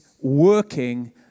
working